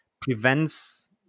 prevents